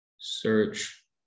search